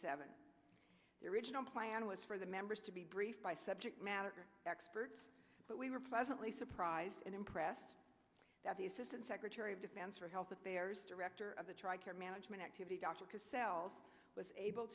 seven your original plan was for the members to be briefed by subject matter experts but we were pleasantly surprised and impressed that the assistant secretary of defense for health affairs director of the tri care management activity dr because cells was able